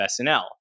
SNL